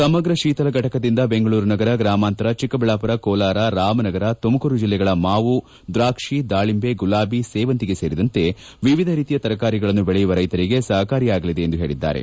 ಸಮಗ್ರ ಶೀತಲ ಫಟಕದಿಂದ ಬೆಂಗಳೂರು ನಗರ ಗ್ರಾಮಾಂತರ ಚೆಕ್ಕಬಳ್ಳಾಪುರ ಕೋಲಾರ ರಾಮನಗರ ತುಮಕೂರು ಜಿಲ್ಲೆಗಳ ಮಾವು ದ್ರಾಕ್ಷಿ ದಾಳಿಂಬೆ ಗುಲಾಬಿ ಸೇವಂತಿಗೆ ವಿವಿಧ ರೀತಿಯ ತರಕಾರಿಗಳನ್ನು ಬೆಳೆಯುವ ರೈತರಿಗೆ ಸಹಕಾರಿಯಾಗಲಿದೆ ಎಂದು ಹೇಳಿದ್ದಾರೆ